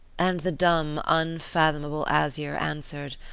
and the dumb, unfathomable azure answered,